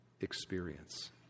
experience